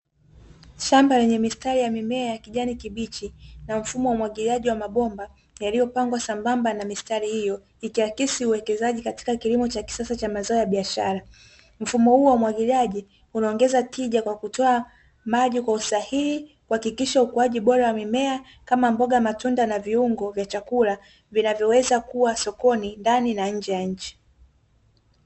Shamba lenye mistari ya mimea ya kijani kibichi, na mfumo wa umwagiliaji wa mabomba yaliyopangwa sambamba na mistari hiyo, ikiakisi uwekezaji katika kilimo cha kisasa cha mazao ya biashara, mfumo huu wa umwagiliaji unaongeza tija kwa kutoa maji kwa usahihi kuhakikisha ukuaji bora wa mimea kama mboga, matunda na viungo vya chakula vinavyoweza kuwa sokoni ndani na nje.